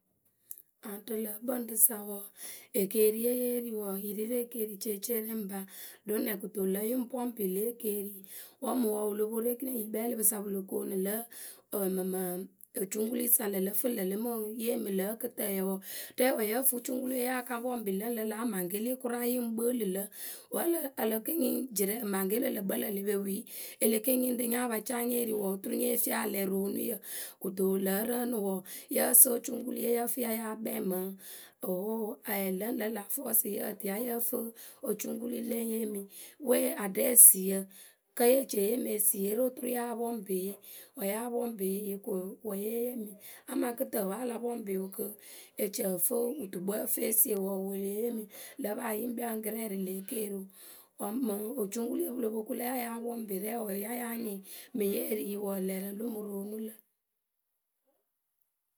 Aŋ rǝ lǝ̌ kpǝŋ rǝ sa wǝǝ ekeeriye ye ri yǝ ri rǝ ekeericeeceyǝ rɛ ŋpa ɖo nɛ kɨto ŋlǝ yǝ ŋ pɔŋpɩ lě ekeeri wǝ́ mɓŋ wǝ wǝ lo po ru ekini enyikpɛɛlɩpǝ sa pǝ lo koonu lǝ ǝ mɨmǝǝ ocuŋkuluyǝ sa lǝ lǝ fǝ ŋlǝ lǝ mǝ yee mǝ sa lǝ̌ ǝkɨtǝǝyǝ wǝǝ. rɛɛwǝ wǝ́ yǝ fɨ cuŋkulu ya ka pɔŋpɩ ŋlǝŋlǝ lǎ amaŋkeli kʊraa yǝ ŋ kpɨɨlɨ lǝ. Wǝ́ ǝ le ke nyiŋ jirɛ maŋkelǝ lǝ kpǝlǝŋ le pe wii, e le ke nyiŋ rǝ nya pa caa nye ri wǝǝ oturu nye fii alɛroonuyǝ. Kǝto lǝ̌ rǝǝnɨ wɔɔ, yǝ sɨŋ ocuŋkului ye yǝ fǝ ya yáa kpɛŋ mǝ ŋlǝŋlǝ lǎ force yǝ tɨ ya yǝ́ǝ fǝocuŋkukui le yee mǝ. We aɖɛ esiyǝ kǝ́ ye ce yee mǝ esiye rǝ oturu ya pɔŋpɩɩ. Wǝ́ ya pɔŋpɩ yǝ ko wǝ́ ye yee mǝ amaa kɨtǝǝwe a la pɔŋpɩ wǝ kɨ kɨ e ci ǝ fǝ wutukpǝ ǝ fǝ e sie wǝǝ, wǝ le yeemi. ŋlǝ̈ paa yǝ ŋ kpii angrai rǝ lě keeriu. Wǝ́ mǝŋ ocuŋkuluye pǝ lo po ku lǝ̈ ya yáa pɔŋpɩ rɛwǝ ya yáa nyɩŋ mǝŋ ye ri wǝǝ, lɛrǝ lǝ mǝ roonu lǝ̈.